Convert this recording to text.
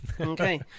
Okay